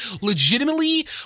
legitimately